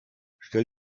stell